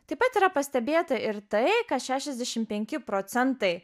taip pat yra pastebėta ir tai kad šešiasdešim penki procentai